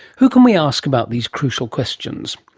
who can we ask about these crucial questions?